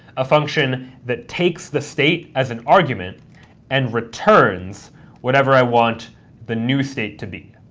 a function that takes the state as an argument and returns whatever i want the new state to be.